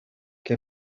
que